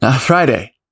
Friday